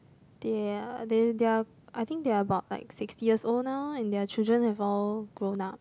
they are they they are I think they are about like sixty years old now and their children have all grown up